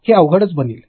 हे अवघड बनेल